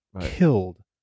killed